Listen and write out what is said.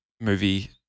movie